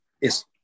Yes